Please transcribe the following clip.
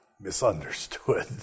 misunderstood